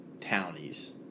townies